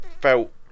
felt